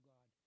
God